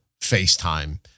FaceTime